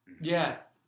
Yes